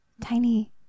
Tiny